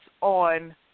on